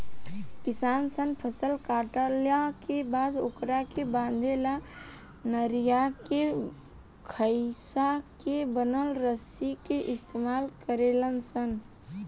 किसान सन फसल काटला के बाद ओकरा के बांधे ला नरियर के खोइया से बनल रसरी के इस्तमाल करेले सन